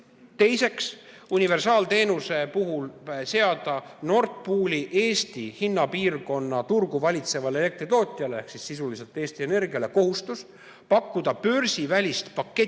Teiseks, universaalteenuse puhul seada Nord Pooli Eesti hinnapiirkonna turgu valitsevale elektritootjale ehk sisuliselt Eesti Energiale kohustus pakkuda börsivälist paketti